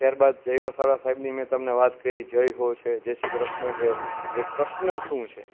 ત્યારબાદ જય વસાવડા સાહેબની મેં તમને વાત કરી જય હો છે જય શ્રી કૃષ્ણ છે હવે કૃષ્ણ શું છે